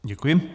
Děkuji.